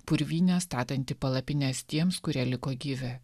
purvyne statantį palapines tiems kurie liko gyvi